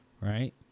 Right